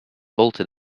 bolted